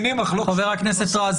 חבר הכנסת רז,